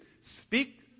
speak